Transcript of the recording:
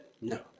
No